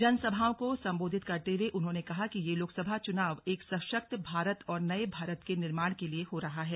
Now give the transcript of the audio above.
जनसभाओं को संबोधित करते हुए उन्होंने कहा कि यह लोकसभा चुनाव एक सशक्त भारत और नए भारत के निर्माण के लिए हो रहा है